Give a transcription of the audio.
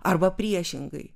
arba priešingai